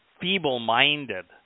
feeble-minded